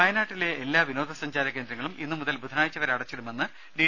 വയനാട്ടിലെ എല്ലാ വിനോദസഞ്ചാര കേന്ദ്രങ്ങളും ഇന്ന് മുതൽ ബുധനാഴ്ച വരെ അടച്ചിടുമെന്ന് ഡി